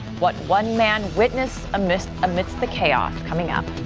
what one man witnessed a missed amidst the chaos coming up.